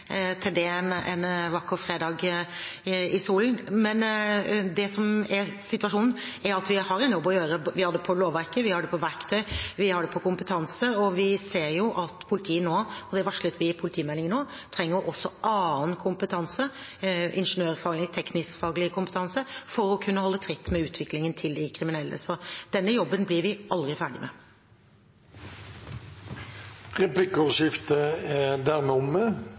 til å debattere den en vakker fredag i solen. Det som er situasjonen, er at vi har en jobb å gjøre. Vi har det i lovverket, vi har det når det gjelder verktøy, og vi har det når det gjelder kompetanse. Vi ser at politiet nå – og det varslet vi i politimeldingen – også trenger annen kompetanse, ingeniørfaglig, teknisk kompetanse, for å kunne holde tritt med utviklingen til de kriminelle. Så denne jobben blir vi aldri ferdig med. Replikkordskiftet er omme.